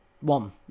one